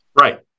Right